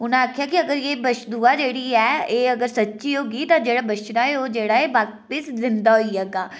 ते उ'नें आखेआ कि एह् बच्छ दुआ जेह्ड़ी ऐ एह् अगर सच्ची होगी ते जेह्ड़ा बछड़ा ऐ ओह् जेह्ड़ा ऐ एह् बापिस जिन्दा होई जाह्गा